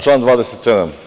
Član 27.